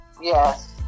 Yes